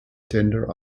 tender